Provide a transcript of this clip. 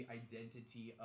identity